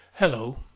Hello